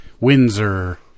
Windsor